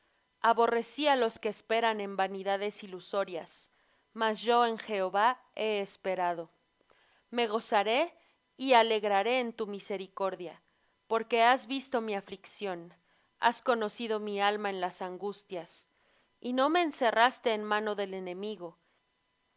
á los que esperan en vanidades ilusorias mas yo en jehová he esperado me gozaré y alegraré en tu misericordia porque has visto mi aflicción has conocido mi alma en las angustias y no me encerraste en mano del enemigo